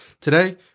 Today